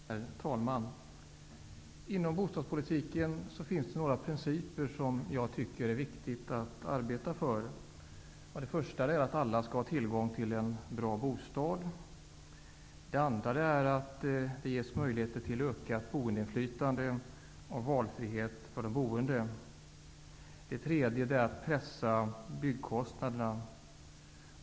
Herr talman! Inom bostadspolitiken finns det några principer som jag tycker det är viktigt att arbeta för: Alla skall ha tillgång till en bra bostad. Det skall ges möjligheter till ökat boendeinflytande och ökad valfrihet för de boende. Pressa byggkostnaderna.